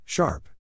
Sharp